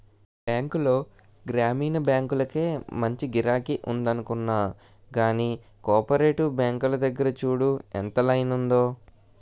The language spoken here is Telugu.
బాంకుల్లో గ్రామీణ బాంకులకే మంచి గిరాకి ఉందనుకున్నా గానీ, కోపరేటివ్ బాంకుల దగ్గర చూడు ఎంత లైనుందో?